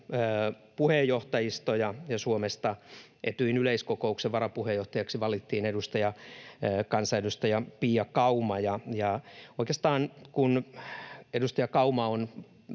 puheenjohtajisto, ja Suomesta Etyjin yleiskokouksen varapuheenjohtajaksi valittiin kansanedustaja Pia Kauma, ja oikeastaan kun edustaja Kauma on